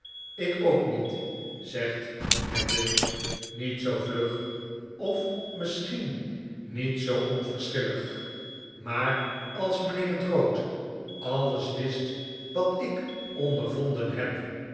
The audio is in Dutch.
ik ook niet zegt neville niet zoo vlug of misschien niet zoo onverschillig maar als mynheer drood alles wist wat ik ondervonden heb